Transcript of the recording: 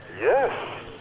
Yes